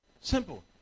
Simple